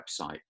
website